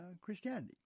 Christianity